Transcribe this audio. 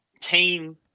team